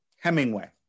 Hemingway